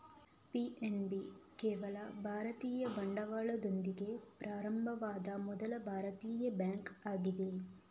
PNB ಕೇವಲ ಭಾರತೀಯ ಬಂಡವಾಳದೊಂದಿಗೆ ಪ್ರಾರಂಭವಾದ ಮೊದಲ ಭಾರತೀಯ ಬ್ಯಾಂಕ್ ಆಗಿದೆ